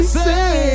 say